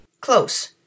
Close